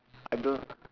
I don't